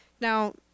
Now